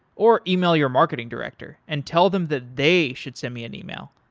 or email your marketing director and tell them that they should send me an email.